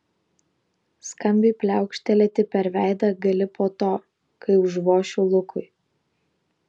skambiai pliaukštelėti per veidą gali po to kai užvošiu lukui